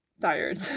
tired